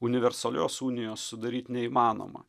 universalios unijos sudaryt neįmanoma